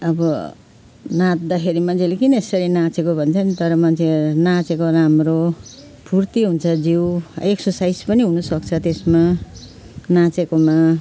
अब नाच्दाखेरि मान्छेले किन यसरी नाचेको भन्छन् तर मान्छे नाचेको राम्रो फुर्ती हुन्छ जिउ एक्सर्साइज पनि हुन सक्छ त्यसमा नाचेकोमा